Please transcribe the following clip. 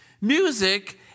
Music